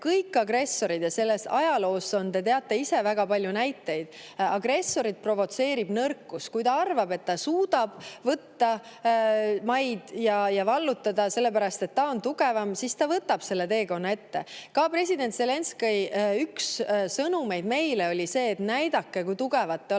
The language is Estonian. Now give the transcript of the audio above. Kõiki agressoreid – ajaloost te teate ise väga palju näiteid – provotseerib nõrkus. Kui ta arvab, et ta suudab vallutada mingi maa sellepärast, et ta on tugevam, siis ta võtab selle teekonna ette. Ka president Zelenskõi üks sõnumeid meile oli see, et näidake, kui tugevad te olete,